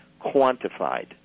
Quantified